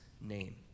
name